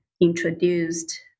introduced